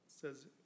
says